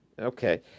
Okay